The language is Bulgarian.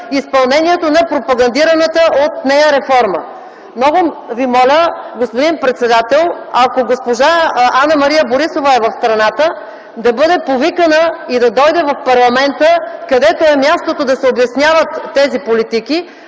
изпълнението на пропагандираната от нея реформа? Много Ви моля, господин председател, ако госпожа Анна-Мария Борисова е в страната, да бъде повикана и да дойде в парламента, къде е мястото да се обясняват тези политики,